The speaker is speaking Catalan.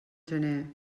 gener